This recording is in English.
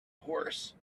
horse